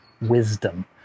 wisdom